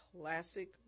classic